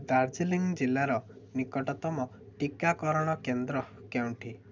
ଡାର୍ଜିଲିଂ ଜିଲ୍ଲାର ନିକଟତମ ଟିକାକରଣ କେନ୍ଦ୍ର କେଉଁଠି